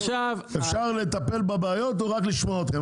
אפשר לטפל בבעיות או רק לשמוע אתכם?